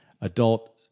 adult